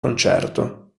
concerto